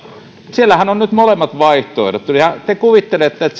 siellähän on nyt molemmat vaihtoehdot te kuvittelette että